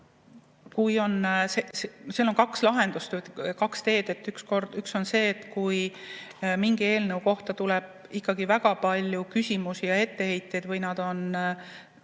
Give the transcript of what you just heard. et seal on kaks lahendust, kaks teed. Üks on see, et kui mingi eelnõu kohta tuleb ikkagi väga palju küsimusi ja etteheiteid või need on